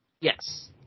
Yes